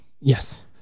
Yes